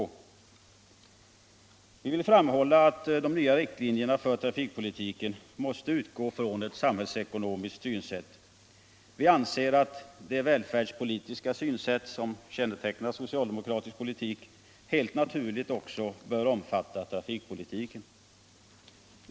Vi reservanter framhåller att de nya riktlinjerna för trafikpolitiken måste utgå från ett samhällsekonomiskt synsätt. Vi anser att det välfärdspolitiska synsätt som kännetecknar socialdemokratisk politik helt naturligt också bör omfatta trafikpolitiken.